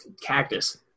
cactus